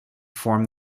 form